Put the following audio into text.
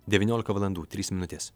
devyniolika valandų trys minutės